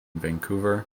vancouver